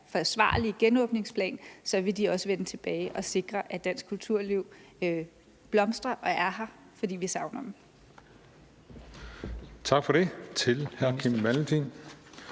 forsvarlige genåbningsplan, vil de også vende tilbage og sikre, at dansk kulturliv blomstrer og er her. For vi savner dem.